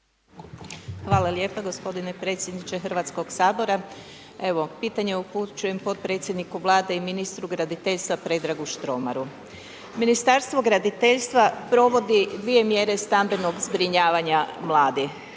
Hvala lijepo gospodine predsjedniče Hrvatskog sabora. Evo, pitanje upućujem potpredsjedniku Vlade i ministru graditeljstva Predragu Štromaru. Ministarstvo graditeljstva, provodi dvije mjere stambenog zbrinjavanja mladih.